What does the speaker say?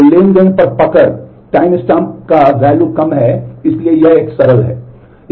तो ट्रांज़ैक्शन पर पकड़ टाइमस्टैम्प का मूल्य कम है इसलिए यह एक सरल है